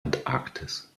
antarktis